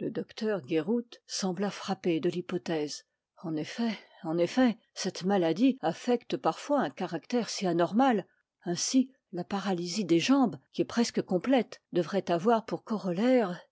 le docteur guéroult sembla frappé de l'hypothèse en effet en effet cette maladie affecte parfois un caractère si anormal ainsi la paralysie des jambes qui est presque complète devrait avoir pour corollaire